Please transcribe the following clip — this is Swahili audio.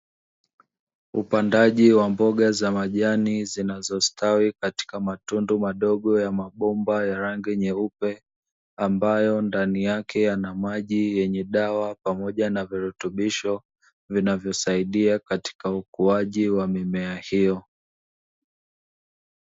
Upandaji wa mboga za majani zinazostawi katika matundu madogo ya mabomba ya rangi nyeupe, ambayo ndani yake yana maji yenye dawa pamoja na virutubisho vinavyosaidia katika ukuaji wa mimea hiyo.